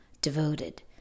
devoted